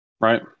right